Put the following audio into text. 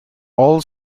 all